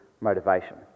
motivation